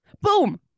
Boom